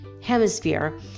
hemisphere